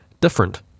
different